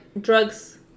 drugs